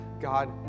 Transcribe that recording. God